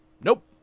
nope